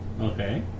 Okay